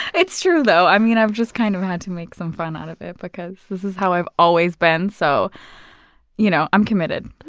it's true though. i mean, i've just kind of had to make some fun out of it because this is how i've always been. so you know i'm committed.